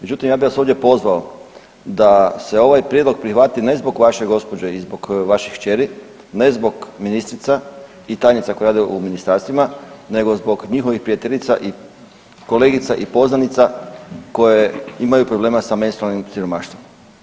Međutim, ja bih vas ovdje pozvao da se ovaj Prijedlog prihvati ne zbog vaše gospođe i zbog vaših kćeri, ne zbog ministrica i tajnica koje rade u ministarstvima, nego zbog njihovih prijateljica i kolegica i poznanica koje imaju problema sa menstrualnim siromaštvom.